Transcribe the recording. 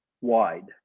wide